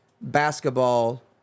basketball